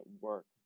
work